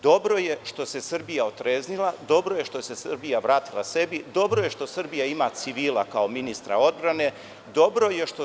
Dobro je što se Srbija otreznila, dobro je što se Srbija vratila sebi, dobro je što Srbija ima civila kao ministra odbrane, dobro je što Srbija…